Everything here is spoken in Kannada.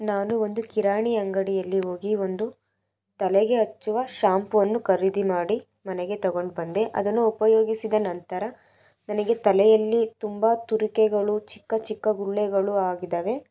ನಾನು ಒಂದು ಕಿರಾಣಿ ಅಂಗಡಿಯಲ್ಲಿ ಹೋಗಿ ಒಂದು ತಲೆಗೆ ಹಚ್ಚುವ ಶಾಂಪುವನ್ನು ಖರೀದಿ ಮಾಡಿ ಮನೆಗೆ ತಗೊಂಡ್ಬಂದೆ ಅದನ್ನು ಉಪಯೋಗಿಸಿದ ನಂತರ ನನಗೆ ತಲೆಯಲ್ಲಿ ತುಂಬ ತುರಿಕೆಗಳು ಚಿಕ್ಕ ಚಿಕ್ಕ ಗುಳ್ಳೆಗಳು ಆಗಿದ್ದಾವೆ